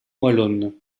wallonne